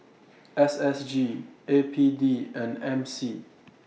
S S G A P D and M C